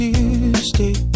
Tuesday